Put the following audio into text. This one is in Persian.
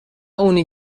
اونی